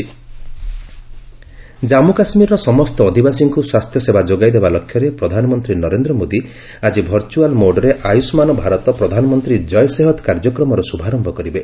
PM Jay Sehat Jammu କାଶ୍ମୀର୍ର ସମସ୍ତ ଅଧିବାସୀଙ୍କୁ ସ୍ୱାସ୍ଥ୍ୟସେବା ଯୋଗାଇଦେବା ଲକ୍ଷ୍ୟରେ ପ୍ରଧାନମନ୍ତ୍ରୀ ନରେନ୍ଦ୍ର ମୋଦି ଆଙ୍କି ଭର୍ଚ୍ୟୁଆଲ୍ ମୋଡ୍ରେ ଆୟୁଷ୍ମାନ୍ ଭାରତ ପ୍ରଧାନମନ୍ତ୍ରୀ କୟ ସେହତ୍ କାର୍ଯ୍ୟକ୍ରମର ଶୁଭାରମ୍ଭ କରିବେ